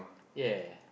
ya